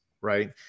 right